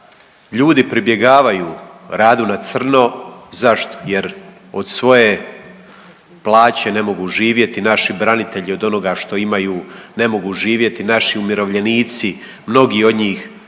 ljudi pribjegavaju radu na crno. Zašto? Jer od svoje plaće ne mogu živjeti, naši branitelji od onoga što imaju ne mogu živjeti. Naši umirovljenici mnogi od njih